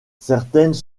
certaines